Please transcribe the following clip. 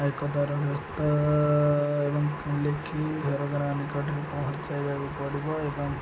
ଏକତାର ବ୍ୟସ୍ତ ଏବଂ ଖଣ୍ଡିକି ସରକାରଙ୍କ ନିକଟକୁ ପହଞ୍ଚାଇବାକୁ ପଡ଼ିବ ଏବଂ